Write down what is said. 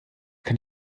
kann